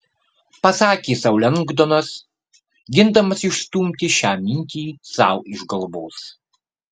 pasakė sau lengdonas gindamas išstumti šią mintį sau iš galvos